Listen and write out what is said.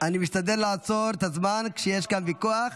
אני משתדל לעצור את הזמן כשיש כאן ויכוח.